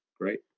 Great